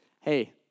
Hey